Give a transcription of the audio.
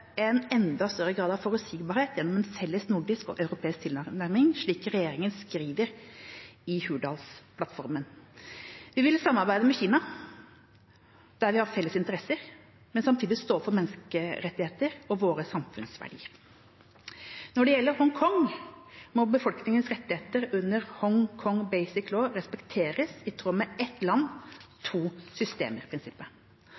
en enda større grad av forutsigbarhet gjennom en felles nordisk og europeisk tilnærming, slik regjeringa skriver i Hurdalsplattformen. Vi vil samarbeide med Kina der vi har felles interesser, men samtidig stå opp for menneskerettigheter og våre samfunnsverdier. Når det gjelder Hongkong, må befolkningens rettigheter under Hong Kong Basic Law respekteres i tråd med prinsippet ett land,